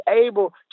able